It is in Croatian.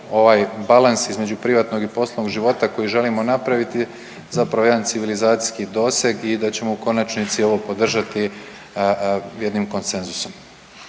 ovaj balans između privatnog i poslovnog života koji želimo napraviti je zapravo jedan civilizacijski doseg i da ćemo u konačnici ovo podržati jednim konsenzusom,